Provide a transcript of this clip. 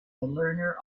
learner